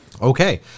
Okay